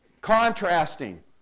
Contrasting